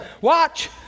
watch